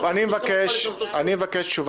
כלומר, אם חבר כנסת בא ואומר, היום אני הולך לחשוף